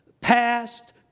past